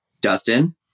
Dustin